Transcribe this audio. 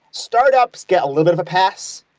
startups gets a little bit of a pass,